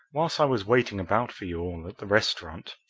whilst i was waiting about for you all at the restaurant,